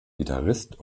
gitarrist